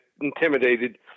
intimidated